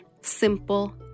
simple